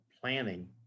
planning